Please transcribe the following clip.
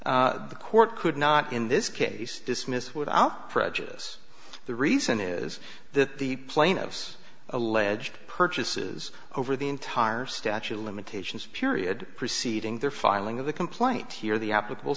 the court could not in this case dismissed without prejudice the reason is that the plaintiffs alleged purchases over the entire statute of limitations period preceding their filing of the complaint here the applicable